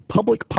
Public